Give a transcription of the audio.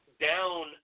down